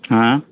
ହଁ